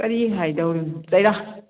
ꯀꯔꯤ ꯍꯥꯏꯗꯧꯔꯤꯅꯣ ꯆꯩꯔꯥ